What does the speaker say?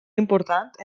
important